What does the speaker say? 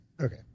okay